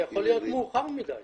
אבל זה יכול להיות מאוחר מדי,